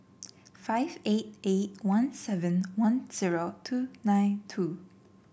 five eight eight one seven one zero two nine two